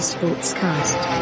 Sportscast